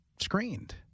screened